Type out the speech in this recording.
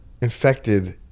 infected